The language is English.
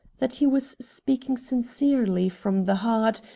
that he was speaking sincerely, from the heart,